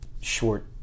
short